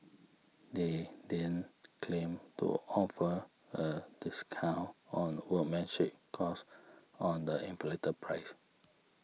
they then claim to offer a discount on workmanship cost on the inflated price